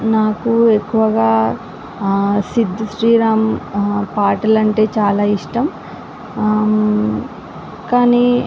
నాకు ఎక్కువగా సిద్ధ్ శ్రీరామ్ పాటలు అంటే చాలా ఇష్టం కానీ